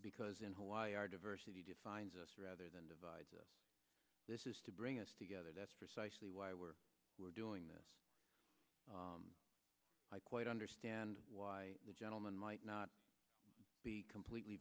because in hawaii our diversity defines us rather than divide this is to bring us together that's precisely why we're doing this i quite understand why the gentleman might not be completely